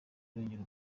kurengera